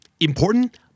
Important